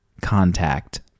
Contact